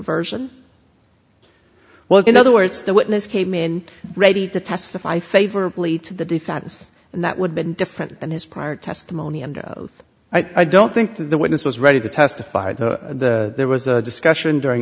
version well in other words the witness came in ready to testify favorably to the defense and that would be different than his prior testimony under oath i don't think the witness was ready to testify that there was a discussion during